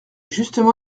justement